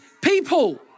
people